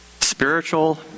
spiritual